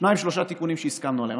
שניים-שלושה תיקונים שהסכמנו עליהם.